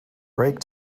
brake